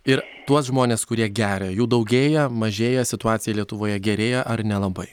ir tuos žmones kurie geria jų daugėja mažėja situacija lietuvoje gerėja ar nelabai